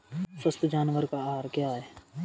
स्वस्थ जानवर का आहार क्या है?